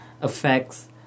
affects